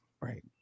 Right